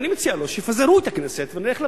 אני מציע לו שיפזרו את הכנסת ונלך לבחירות,